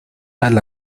tal